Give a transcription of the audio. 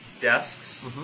Desks